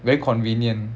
very convenient